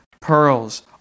pearls